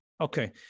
Okay